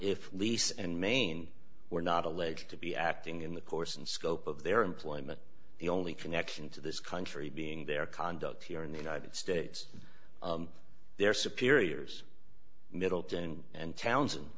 if lease and main were not alleged to be acting in the course and scope of their employment the only connection to this country being their conduct here in the united states their superiors middleton and towns